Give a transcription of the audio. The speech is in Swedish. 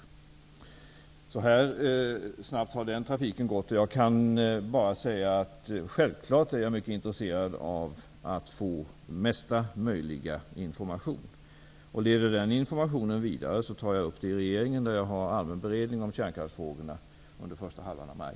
Så snabbt har den trafiken gått, och jag kan bara säga att jag självfallet är mycket intresserad av att få mesta möjliga mängd information. Om den informationen leder vidare tar jag upp den i regeringen där jag har en allmän beredning av kärnkraftsfrågorna under första halvan av maj.